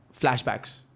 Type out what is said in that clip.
flashbacks